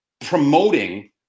promoting